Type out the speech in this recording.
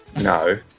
no